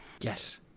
Yes